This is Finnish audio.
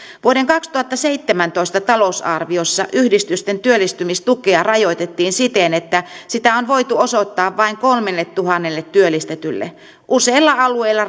vuoden kaksituhattaseitsemäntoista talousarviossa yhdistysten työllistymistukea rajoitettiin siten että sitä on voitu osoittaa vain kolmelletuhannelle työllistetylle useilla alueilla